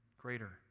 greater